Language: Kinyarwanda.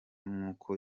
nk’uko